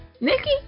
nikki